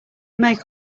make